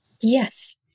Yes